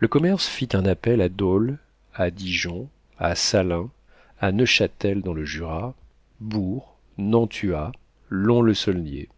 le commerce fit un appel à dôle à dijon à salins à neufchâtel dans le jura bourg nantua lons le saulnier